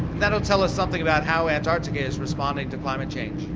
that will tell us something about how antarctica is responding to climate change.